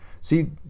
See